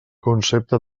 concepte